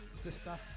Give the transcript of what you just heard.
sister